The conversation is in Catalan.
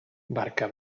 barca